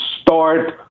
start